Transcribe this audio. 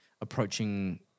approaching